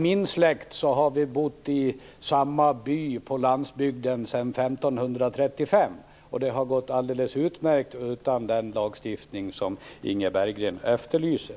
Herr talman! I min släkt har vi bott i samma by på landsbygden sedan 1535, och det har gått alldeles utmärkt utan den lagstiftning som Inga Berggren efterlyser.